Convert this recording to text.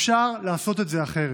אפשר לעשות את זה אחרת.